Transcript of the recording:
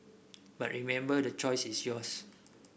but remember the choice is yours